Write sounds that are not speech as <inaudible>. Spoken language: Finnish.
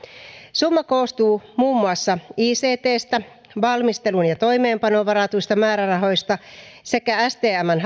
summa koostuu muun muassa ictstä valmisteluun ja toimeenpanoon varatuista määrärahoista sekä stmn <unintelligible>